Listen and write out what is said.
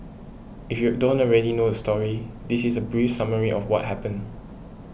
if you're don't already know the story this is a brief summary of what happened